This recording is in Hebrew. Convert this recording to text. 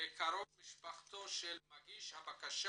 לקרוב משפחתו של מגיש הבקשה